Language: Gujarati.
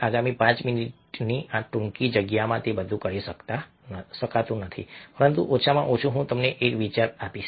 આગામી પાંચ મિનિટની આ ટૂંકી જગ્યામાં તે બધું કરી શકતો નથી પરંતુ ઓછામાં ઓછું હું તમને એક વિચાર આપીશ